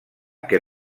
que